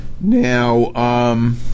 Now